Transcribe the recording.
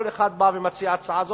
כל אחד בא ומציע את ההצעה הזאת.